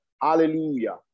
Hallelujah